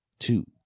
Two